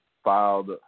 Filed